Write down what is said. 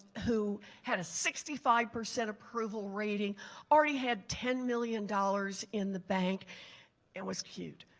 who had a sixty five percent approval rating or he had ten million dollars in the bank and was cute.